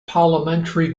parliamentary